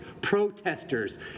Protesters